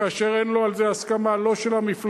כאשר אין לו על זה הסכמה לא של המפלגה,